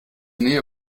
nähe